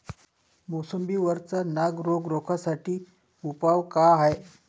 मोसंबी वरचा नाग रोग रोखा साठी उपाव का हाये?